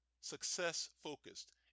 success-focused